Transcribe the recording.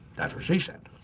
that's what she said.